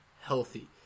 healthy